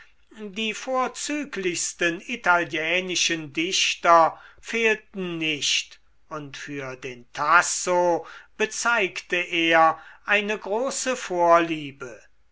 die vorzüglichsten italienischen dichter fehlten nicht und für den tasso bezeigte er eine große vorliebe